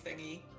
thingy